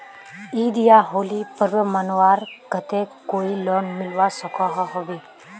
ईद या होली पर्व मनवार केते कोई लोन मिलवा सकोहो होबे?